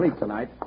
tonight